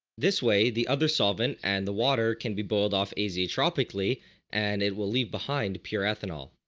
this way the other solvent and the water can be boiled off azeotropically and it will leave behind pure ethanol.